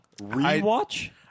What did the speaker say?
rewatch